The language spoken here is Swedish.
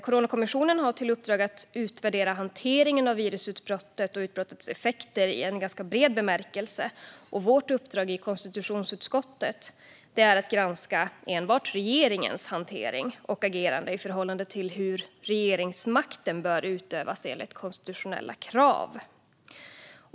Coronakommissionen har till uppdrag att utvärdera hanteringen av virusutbrottet och utbrottets effekter i ganska bred bemärkelse, medan vårt uppdrag i konstitutionsutskottet är att granska enbart regeringens hantering och agerande i förhållande till hur regeringsmakten bör utövas enligt konstitutionella krav.